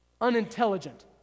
unintelligent